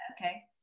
okay